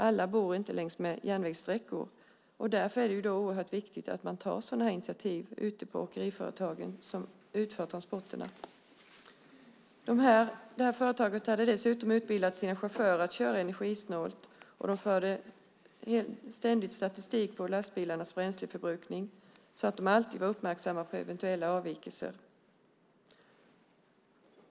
Alla bor inte längsmed järnvägssträckor. Därför är det oerhört viktigt att man tar initiativ ute på åkeriföretagen som utför transporterna. Företaget hade dessutom utbildat sina chaufförer att köra energisnålt. De förde ständigt statistik på lastbilarnas bränsleförbrukning så att de alltid var uppmärksamma på eventuella avvikelser.